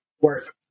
work